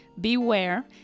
Beware